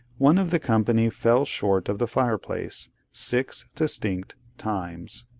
one of the company fell short of the fireplace, six distinct times.